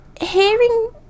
hearing